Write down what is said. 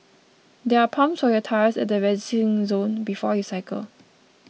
there are pumps for your tyres at the resting zone before you cycle